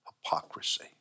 hypocrisy